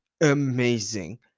amazing